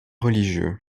religieux